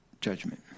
judgment